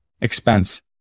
expense